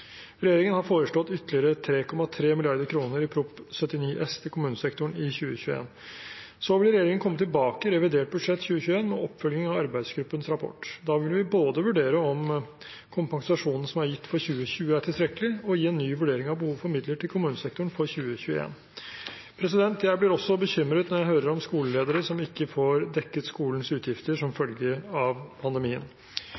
Regjeringen har foreslått ytterligere 3,3 mrd. kr i Prop. 79 S for 2020–2021 til kommunesektoren i 2021. Så vil regjeringen komme tilbake i revidert budsjett 2021 med oppfølging av arbeidsgruppens rapport. Da vil vi både vurdere om kompensasjonen som er gitt for 2020, er tilstrekkelig, og gi en ny vurdering av behovet for midler til kommunesektoren for 2021. Jeg blir også bekymret når jeg hører om skoleledere som ikke får dekket skolens utgifter som